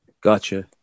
Gotcha